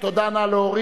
תודה רבה.